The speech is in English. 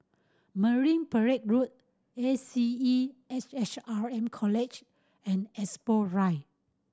Marine Parade Road A C E S H R M College and Expo Drive